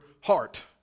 heart